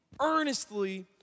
earnestly